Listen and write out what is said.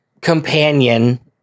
companion